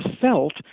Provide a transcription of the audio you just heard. felt